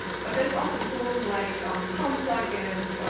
but there's also tools like chrome plugins, so